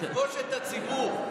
לפגוש את הציבור.